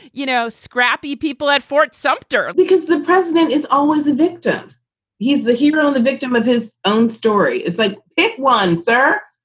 you know, scrappy people at fort sumter because the president is always a victim he's the human on the victim of his own story. it's like if one, sir.